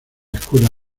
escuela